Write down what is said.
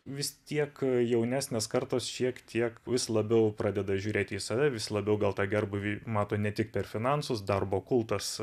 vis tiek jaunesnės kartos šiek tiek vis labiau pradeda žiūrėti į save vis labiau gal tą gerbūvį mato ne tik per finansus darbo kultas